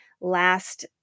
last